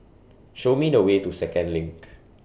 Show Me The Way to Second LINK